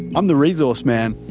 i'm the resource man.